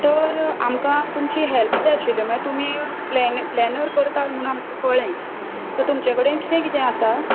तर आमकां तुमची हॅल्प जाय आशिल्ली म्हळ्यार तुमी प्लेन प्लेनर करतात म्हणून आमकां कळ्ळे तर तुमच्या कडेन किदें किदें आासा